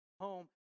home